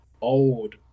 old